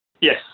Yes